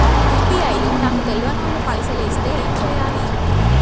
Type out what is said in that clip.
UPI లో నాకు తెల్వనోళ్లు పైసల్ ఎస్తే ఏం చేయాలి?